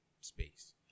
space